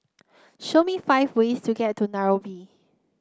show me five ways to get to Nairobi